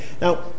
now